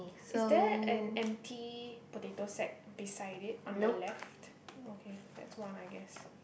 is there an empty potato sack beside it on the left okay that's one I guess